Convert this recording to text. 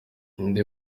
andi